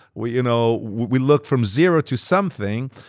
we you know we look from zero to something.